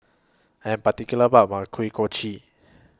I Am particular about My Kuih Kochi